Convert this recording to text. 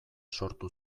sortu